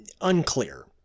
unclear